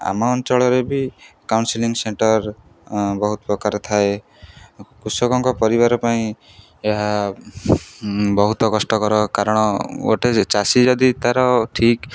ଆମ ଅଞ୍ଚଳରେ ବି କାଉନସିଲିଂ ସେଣ୍ଟର ବହୁତ ପ୍ରକାର ଥାଏ କୃଷକଙ୍କ ପରିବାର ପାଇଁ ଏହା ବହୁତ କଷ୍ଟକର କାରଣ ଗୋଟେ ଚାଷୀ ଯଦି ତାର ଠିକ୍